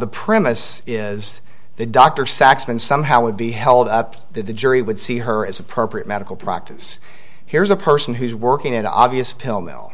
the premise is the doctor saxman somehow would be held up that the jury would see her as appropriate medical practice here's a person who's working in an obvious pill mill